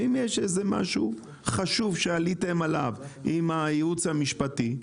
ואם יש איזה משהו חשוב שעליתם עליו עם הייעוץ המשפטי,